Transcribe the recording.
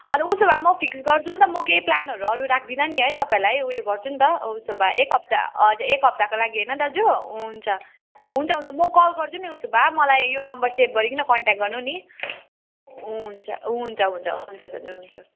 अरू उसो भए म फिक्स गर्छु नि त म केही प्लानहरू अरू राख्दिनँ नि है तपाईँहरूलाई उयो गर्छु नि त उसो भए एक हप्ता हजुर एक हप्ताको लागि होइन दाजु हुन्छ हुन्छ हुन्छ म कल गर्छु नि उसो भए मलाई यो नम्बर सेभ गरिकन कन्ट्याक गर्नु नि हुन्छ हुन्छ हुन्छ दाजु हुन्छ